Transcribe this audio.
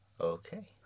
Okay